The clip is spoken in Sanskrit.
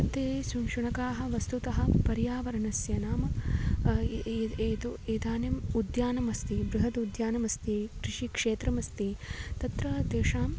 ते शु शुनकाः वस्तुतः पर्यावरणस्य नाम ए ए एतु इदानीम् उद्यानमस्ति बृहद् उद्यानमस्ति कृषिक्षेत्रमस्ति तत्र तेषाम्